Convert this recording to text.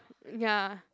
ya